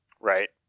Right